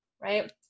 right